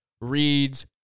reads